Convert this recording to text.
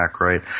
Right